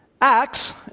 Acts